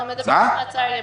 אנחנו מדברים על מעצר ימים.